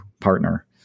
partner